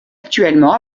actuellement